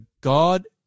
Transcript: God